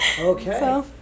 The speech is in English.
Okay